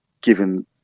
given